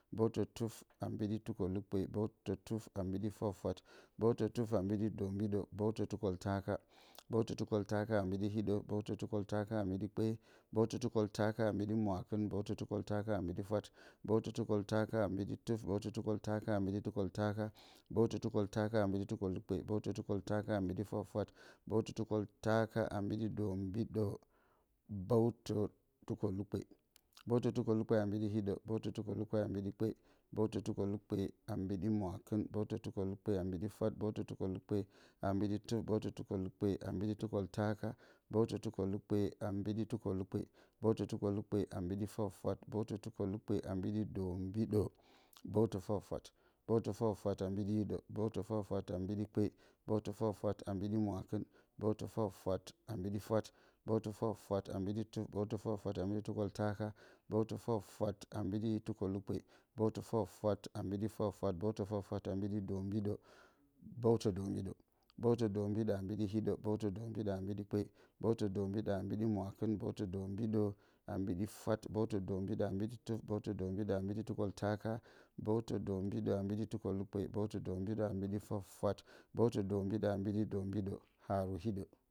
Bǝwtǝ-tuf a mbiɗi- tukolukpe, bǝwtǝ-tuf a mbiɗi- fwat-fwat, bǝwtǝ-tuf a mbiɗi- doombiɗǝ, bǝwtǝ-tukoltaaka. bǝwtǝ-tukoltaaka a mbiɗi-hiɗǝ, bǝwtǝ-tukoltaaka a mbiɗi-kpe, bǝwtǝ-tukoltaaka a mbiɗi-mwaakɨn, bǝwtǝ-tukoltaaka a mbiɗi-fwat, bǝwtǝ-tukoltaaka a mbiɗi-tuf, bǝwtǝ-tukoltaaka a mbiɗi-tukoltaaka, bǝwtǝ-tukoltaaka a mbiɗi-tukoukpe, bǝwtǝ-tukoltaaka a mbiɗi-fwat-fwat, bǝwtǝ-tukoltaaka a mbiɗi-doombiɗǝ, bǝwtǝ-tukolukpe. bǝwtǝ-tukolukpe a mbiɗi-hiɗǝ, bǝwtǝ-tukolukpe a mbiɗi-kpe, bǝwtǝ-tukolukpe a mbiɗi-mwaakɨn, bǝwtǝ-tukolukpe a mbiɗi-fwat, bǝwtǝ-tukolukpe a mbiɗi-tuf, bǝwtǝ-tukolukpe a mbiɗi-tukoltaka, bǝwtǝ-tukolukpe a mbiɗi-tukolukpe, bǝwtǝ-tukolukpe a mbiɗi-fwat-fwat, bǝwtǝ-tukolukpe a mbiɗi-doombiɗǝ, bǝwtǝ-fwat-fwat. bǝwtǝ-fwat-fwat a mbiɗi-hiɗǝ, bǝwtǝ-fwat-fwat a mbiɗi-kpe, bǝwtǝ-fwat-fwat a mbiɗi-mwaakɨn, bǝwtǝ-fwat-fwat a mbiɗi-fwat, bǝwtǝ-fwat-fwat a mbiɗi-tuf, bǝwtǝ-fwat-fwat a mbiɗi-tukoltaaka, bǝwtǝ-fwat-fwat a mbiɗi-tukolukpe, bǝwtǝ-fwat-fwat a mbiɗi-fwat-fwat, bǝwtǝ-fwat-fwat a mbiɗi-doombiɗǝ, bǝwtǝ-doombiɗǝ. bǝwtǝ-doombiɗǝ a mbiɗi-hiɗǝ, bǝwtǝ-doombiɗǝ a mbiɗi-kpe, bǝwtǝ-doombiɗǝ a mbiɗi-mwaakɨn, bǝwtǝ-doombiɗǝ a mbiɗi-fwat, bǝwtǝ-doombiɗǝ a mbiɗi-tuf, bǝwtǝ-doombiɗǝ a mbiɗi-tukoltaaka, bǝwtǝ-doombiɗǝ a mbiɗi-tukolukpe, bǝwtǝ-doombiɗǝ a mbiɗi-fwat-fwat, bǝwtǝ-doombiɗǝ a mbiɗi-doombiɗǝ, haaru hiɗǝ.